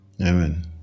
Amen